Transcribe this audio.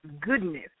goodness